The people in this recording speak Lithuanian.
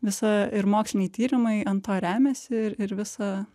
visa ir moksliniai tyrimai ant to remiasi ir ir visa